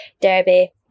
Derby